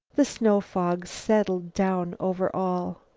the snow-fog settled down over all.